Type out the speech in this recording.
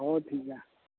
ᱚ ᱴᱷᱤᱠ ᱜᱮᱭᱟ